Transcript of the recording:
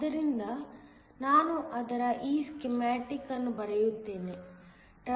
ಆದ್ದರಿಂದ ನಾನು ಅದರ ಈ ಸ್ಕೀಮ್ಯಾಟಿಕ್ ಅನ್ನು ಬರೆಯುತ್ತೇನೆ